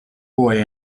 boy